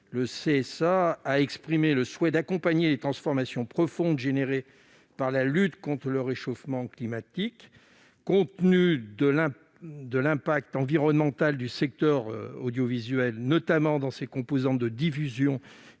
Le CSA a exprimé le souhait d'accompagner les transformations profondes suscitées par la lutte contre le réchauffement climatique. Compte tenu de l'impact environnemental du secteur audiovisuel, notamment dans ses composantes de diffusion